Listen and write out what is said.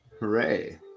Hooray